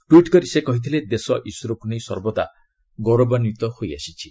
tweet କରି ସେ କହିଥିଲେ ଦେଶ ଇସ୍ରୋକୁ ନେଇ ସର୍ବଦା ଗୌରବାନ୍ୱିତ ହୋଇଆସିଛି